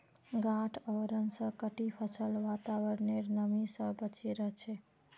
गांठ आवरण स कटी फसल वातावरनेर नमी स बचे रह छेक